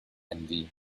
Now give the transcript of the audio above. envy